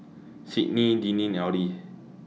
Sydnee Deneen and Audie